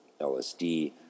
LSD